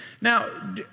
Now